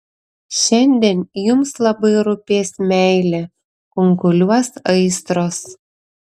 šiandien jums labai rūpės meilė kunkuliuos aistros